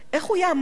איך רבין,